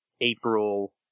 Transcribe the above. April